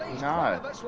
No